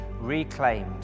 reclaimed